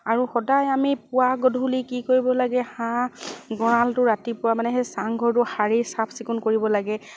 আৰু সদায় আমি পুৱা গধূলি কি কৰিব লাগে হাঁহ গঁৰালটো ৰাতিপুৱা মানে সেই চাংঘৰটো সাৰি চাফ চিকুণ কৰিব লাগে